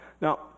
Now